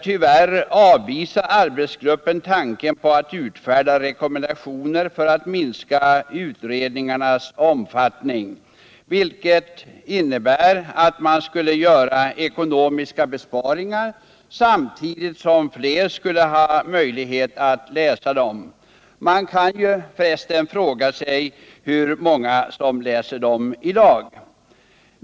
Tyvärr avvisar arbetsgruppen tanken på att utfärda rekommendationer för att minska utredningsbetänkandenas omfattning, vilket skulle innebära ekonomiska besparingar samtidigt som fler skulle ha möjlighet att läsa betänkandena. Man kan för resten fråga sig hur många som läser dem i dag.